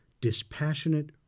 dispassionate